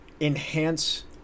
enhance